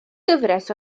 gyfres